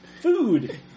Food